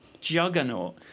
juggernaut